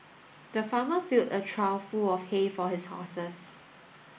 the farmer filled a trough full of hay for his horses